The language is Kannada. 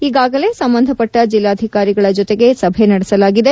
ಈಗಾಗಲೇ ಸಂಬಂಧಪಟ್ಟ ಜಿಲ್ಡಾಧಿಕಾರಿಗಳ ಜೊತೆಗೆ ಸಭೆ ನಡೆಸಲಾಗಿದೆ